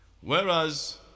whereas